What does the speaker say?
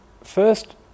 First